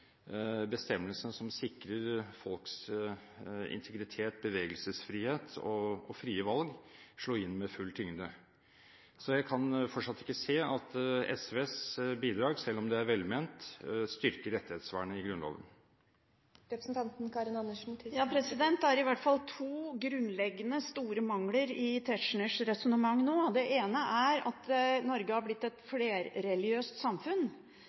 bestemmelsene som sikrer folks integritet, bevegelsesfrihet og frie valg, slå inn med full tyngde. Jeg kan fortsatt ikke se at SVs bidrag – selv om det er velment – styrker rettighetsvernet i Grunnloven. Det er i hvert fall to grunnleggende, store mangler i Tetzschners resonnement nå. Det ene er at Norge har blitt et flerreligiøst samfunn.